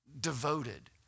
devoted